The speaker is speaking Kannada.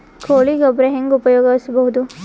ಕೊಳಿ ಗೊಬ್ಬರ ಹೆಂಗ್ ಉಪಯೋಗಸಬಹುದು?